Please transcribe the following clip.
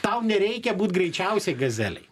tau nereikia būt greičiausiai gazelei